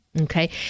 Okay